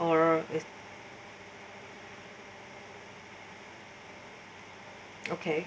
or it okay